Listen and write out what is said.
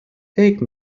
take